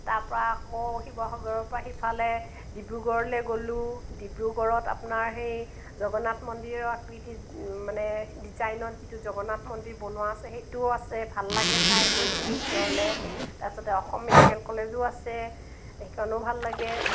তাৰপৰা আকৌ শিৱসাগৰৰ পৰা সিফালে ডিব্ৰুগড়লৈ গ'লোঁ ডিব্ৰুগড়ত আপোনাৰ সেই জগন্নাথ মন্দিৰৰ আকৃতি মানে ডিজাইনত যিটো জগন্নাথ মন্দিৰ বনোৱা আছে সেইটোও আছে ভাল লাগে চাই গৈছিলোঁ ভিতৰলৈ তাৰপিছতে অসম মেডিকেল কলেজো আছে সেইখনো ভাল লাগে